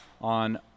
on